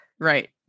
Right